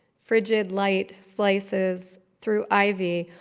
frigid light slices through ivy,